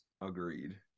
Agreed